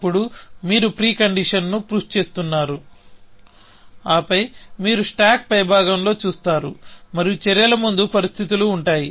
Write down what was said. అప్పుడు మీరు ప్రీ కండీషన్స్ను పుష్ చేస్తున్నారు ఆ పై మీరు స్టాక్ పైభాగంలో చూస్తారు మరియు చర్యల ముందు పరిస్థితులు ఉంటాయి